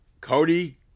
Cody